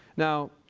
now,